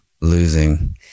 losing